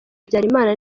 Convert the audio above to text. habyarimana